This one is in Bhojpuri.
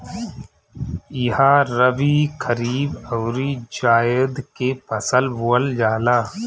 इहा रबी, खरीफ अउरी जायद के फसल बोअल जाला